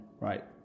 right